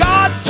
God